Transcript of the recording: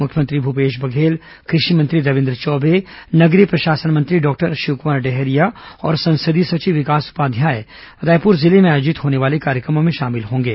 मुख्यमंत्री भूपेश बघेल कृषि मंत्री रविन्द्र चौबे नगरीय प्रशासन मंत्री डॉक्टर शिवकुमार डहरिया और संसदीय सचिव विकास उपाध्याय रायपुर जिले में आयोजित होने वाले कार्यक्रमों में शामिल होंगे